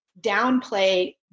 downplay